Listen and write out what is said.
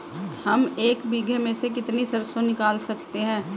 हम एक बीघे में से कितनी सरसों निकाल सकते हैं?